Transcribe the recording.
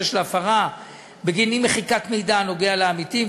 של הפרה בגין אי-מחיקת מידע הנוגע לעמיתים.